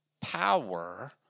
power